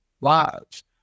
lives